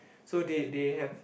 so they they have